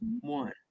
one